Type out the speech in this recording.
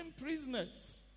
prisoners